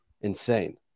insane